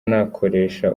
nakoresha